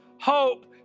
hope